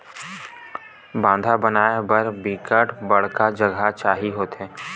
बांधा बनाय बर बिकट बड़का जघा चाही होथे